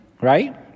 right